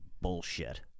bullshit